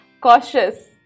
cautious